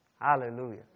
Hallelujah